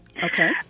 Okay